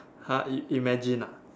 !huh! imagine ah